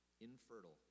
infertile